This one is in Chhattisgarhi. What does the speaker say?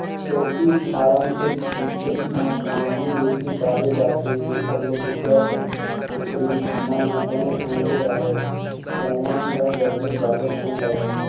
पोल्टी फारम के भीतरी म कांदी, रेती डाले जाथे जेखर ले कुकरा कुकरी मन ह बने ढंग ले राहय ओमन ल गरमी जादा झन लगय